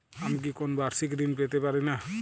আমি কি কোন বাষিক ঋন পেতরাশুনা?